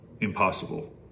impossible